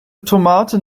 tomaten